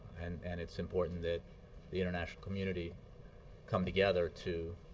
and and it's important that the international community come together to